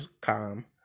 calm